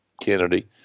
Kennedy